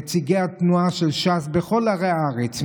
נציגי התנועה של ש"ס בכל ערי הארץ,